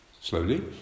slowly